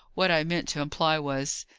what i meant to imply was,